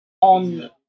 on